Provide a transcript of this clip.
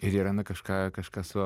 ir yra na kažką kažką su